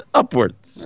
upwards